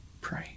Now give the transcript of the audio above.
pray